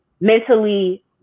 mentally